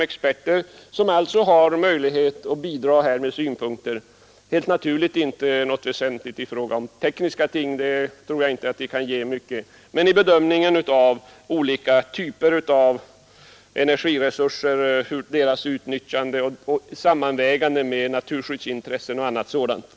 De har alltså möjlighet att bidra med synpunkter — helt naturligt inte i någon väsentlig grad i tekniska frågor men väl i fråga om bedömningen av olika typer av energiresurser, deras utnyttjande, sammanvägandet med naturskyddsintressen och annat sådant.